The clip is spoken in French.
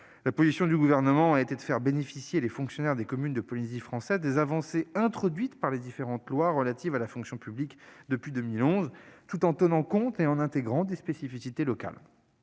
La position du Gouvernement a été de faire bénéficier les fonctionnaires des communes de Polynésie française des avancées introduites par les différentes lois relatives à la fonction publique depuis 2011, tout en tenant compte et en intégrant des spécificités locales.